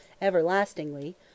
EVERLASTINGLY